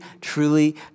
truly